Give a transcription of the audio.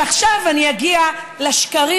ועכשיו אני אגיע לשקרים,